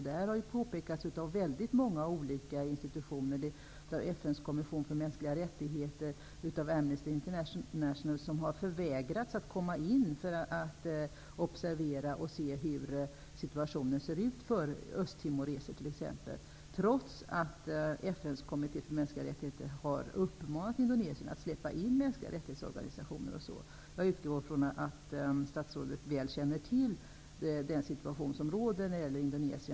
Detta har påpekats av väldigt många olika institutioner, bl.a. Amnesty international, vilka har förvägrats att komma in i landet för att se hur förhållandena är för t.ex. östtimoreser. Och detta trots att FN:s kommission för mänskliga rättigheter har uppmanat Indonesien att släppa in mänskliga rättighets-organisationer. Jag utgår ifrån att statsrådet väl känner till den situation som råder när det gäller Indonesien.